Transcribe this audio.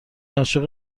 عاشق